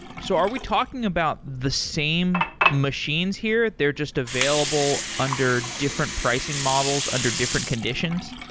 so are we talking about the same machines here? they're just available under different pricing models? under different conditions?